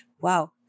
wow